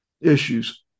issues